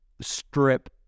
strip